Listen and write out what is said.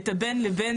את הבין לבין,